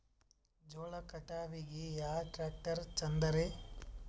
ಜೋಳ ಕಟಾವಿಗಿ ಯಾ ಟ್ಯ್ರಾಕ್ಟರ ಛಂದದರಿ?